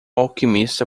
alquimista